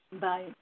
Bye